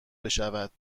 بشود